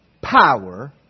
power